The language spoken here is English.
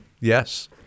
yes